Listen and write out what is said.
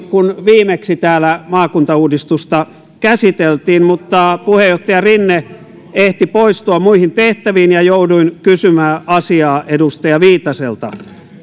kun viimeksi täällä maakuntauudistusta käsiteltiin mutta puheenjohtaja rinne ehti poistua muihin tehtäviin ja jouduin kysymään asiaa edustaja viitaselta